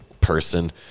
person